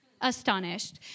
astonished